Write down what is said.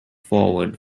forward